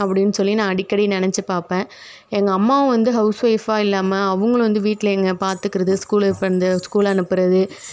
அப்படீன்னு சொல்லி நான் அடிக்கடி நினச்சி பார்ப்பேன் எங்கள் அம்மாவும் வந்து ஹவுஸ் ஒயிஃபாக இல்லாமல் அவங்களும் வந்து வீட்டில் எங்கள் பார்த்துக்குறது ஸ்கூலு இது ஸ்கூலு அனுப்புகிறது